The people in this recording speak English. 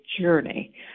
journey